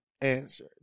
answer